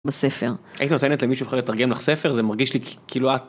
בספר, היית נותנת למישהו אחרי לתרגם לך ספר? זה מרגיש לי כאילו את...